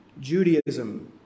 Judaism